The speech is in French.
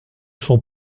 son